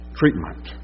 treatment